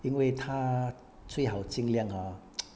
因为他最好尽量 hor